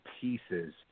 pieces